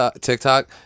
tiktok